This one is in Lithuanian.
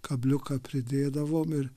kabliuką pridėdavom ir